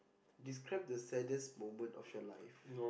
describe the saddest moment of your life